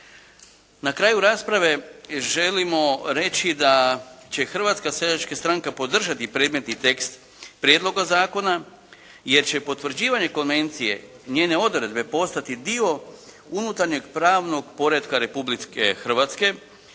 Na kaju rasprave želimo reći da će Hrvatska seljačka stranka podržati predmet i tekst prijedloga zakona jer će potvrđivanje konvencije, njene odredbe postati dio unutarnjeg pravnog poretka Republike Hrvatske